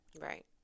Right